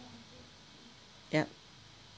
yup